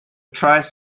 tribes